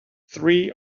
three